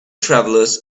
travelers